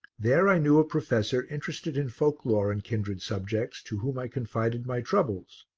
there i knew a professor interested in folk-lore and kindred subjects to whom i confided my troubles.